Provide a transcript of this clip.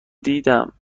دیدم